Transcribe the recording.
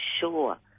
sure